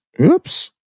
Oops